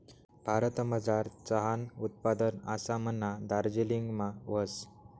भारतमझार चहानं उत्पादन आसामना दार्जिलिंगमा व्हस